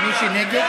מי שנגד,